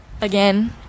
Again